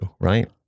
right